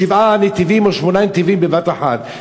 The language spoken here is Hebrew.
שבעה או שמונה נתיבים בבת-אחת, תודה.